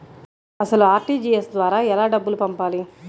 అసలు అర్.టీ.జీ.ఎస్ ద్వారా ఎలా డబ్బులు పంపాలి?